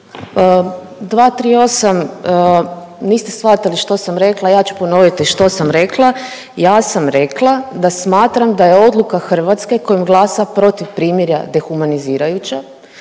238. Niste shvatili što sam rekla. Ja ću ponoviti što sam rekla. Ja sam da smatram da je odluka Hrvatske kojom glasa protiv primirja dehumanizirajuća